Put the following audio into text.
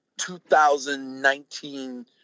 2019